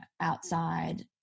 outside